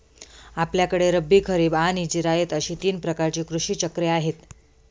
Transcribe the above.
आपल्याकडे रब्बी, खरीब आणि जिरायत अशी तीन प्रकारची कृषी चक्रे आहेत